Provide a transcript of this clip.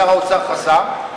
שר האוצר חסם,